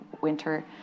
winter